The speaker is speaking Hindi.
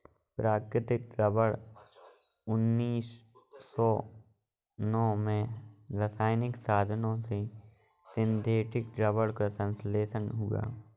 प्राकृतिक रबर उन्नीस सौ नौ में रासायनिक साधनों से सिंथेटिक रबर का संश्लेषण हुआ